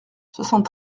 soixante